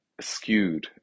skewed